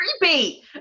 creepy